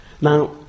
now